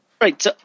Right